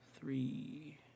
three